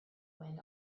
wind